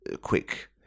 quick